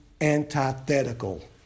antithetical